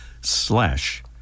slash